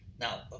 Now